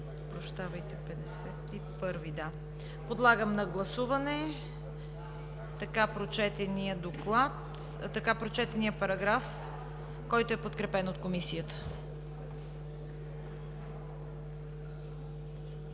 Няма. Подлагам на гласуване така прочетения параграф, който е подкрепен от Комисията.